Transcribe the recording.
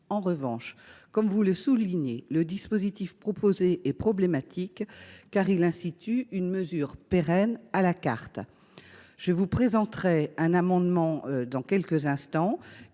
En revanche, comme vous le soulignez, le dispositif proposé est problématique en ce qu’il institue une mesure pérenne à la carte. Je vous présenterai dans quelques instants